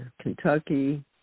Kentucky